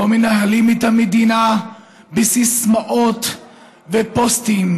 לא מנהלים את המדינה בסיסמאות ובפוסטים.